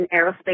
aerospace